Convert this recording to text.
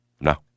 No